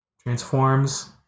Transforms